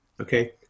Okay